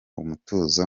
umutuzo